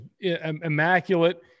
immaculate